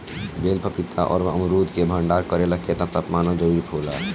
बेल पपीता और अमरुद के भंडारण करेला केतना तापमान जरुरी होला?